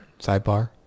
sidebar